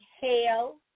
hail